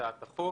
בהצעת החוק.